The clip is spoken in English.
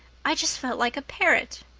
i just felt like a parrot.